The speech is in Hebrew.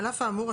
על אף האמור,